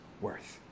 worth